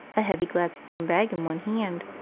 a heavy gladstone bag in one hand.